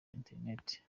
interineti